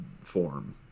form